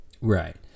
Right